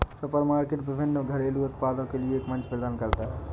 supermarket विभिन्न घरेलू उत्पादों के लिए एक मंच प्रदान करता है